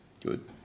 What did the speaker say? Good